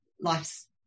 life's